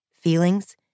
Feelings